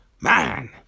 Man